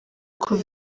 kuva